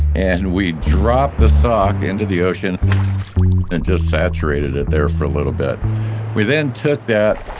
and we dropped the sock into the ocean and just saturated it there for a little bit we then took that,